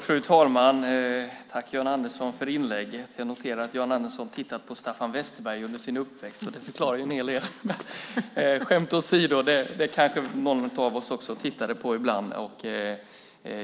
Fru talman! Tack, Jan Andersson, för inlägget! Jag noterar att Jan Andersson tittat på tv-program av Staffan Westerberg under sin uppväxt, och det förklarar ju en hel del! Skämt åsido kanske någon av oss också tittade på de programmen ibland.